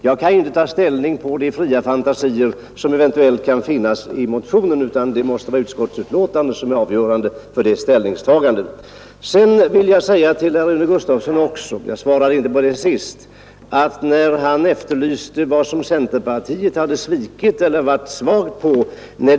Jag kan inte ta ställning till de fria fantasier som eventuellt kan finnas i motionen, utan det måste, som sagt, vara utskottsbetänkandet som är avgörande för ställningstagandet. Herr Gustavsson efterlyste tidigare på vilka punkter det är som centerpartiet svikit när det gäller socialpolitiska insatser.